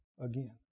again